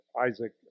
Isaac